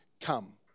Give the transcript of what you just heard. come